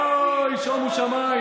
אוי, שומו שמיים.